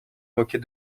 moquer